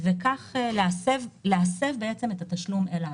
וכך להסב את התשלום אליו.